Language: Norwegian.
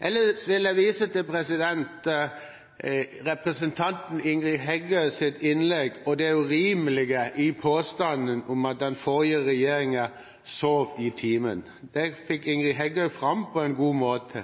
Ellers vil jeg vise til representanten Ingrid Heggøs innlegg og det urimelige i påstanden om at den forrige regjeringen sov i timen. Det fikk Ingrid Heggø fram på en god måte.